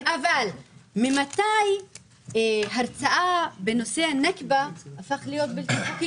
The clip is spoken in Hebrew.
אבל ממתי הרצאה בנושא הנכבה הפכה למשהו בלתי-חוקי.